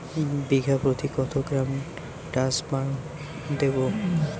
বিঘাপ্রতি কত গ্রাম ডাসবার্ন দেবো?